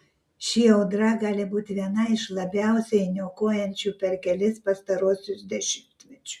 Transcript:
ši audra gali būti viena iš labiausiai niokojančių per kelis pastaruosius dešimtmečius